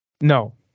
No